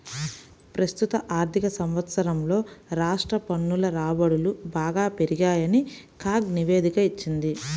ప్రస్తుత ఆర్థిక సంవత్సరంలో రాష్ట్ర పన్నుల రాబడులు బాగా పెరిగాయని కాగ్ నివేదిక ఇచ్చింది